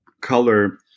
color